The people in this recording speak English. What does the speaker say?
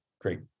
great